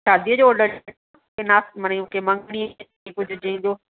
शादीअ जो ऑडर ना मङणीअ में जंहिंजो